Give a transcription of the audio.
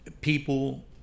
People